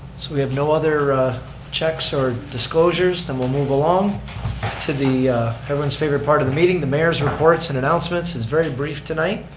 so we have no other checks or disclosures? then we'll move along to everyone's favorite part of the meeting, the mayor's reports and announcements, it's very brief tonight.